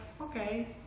okay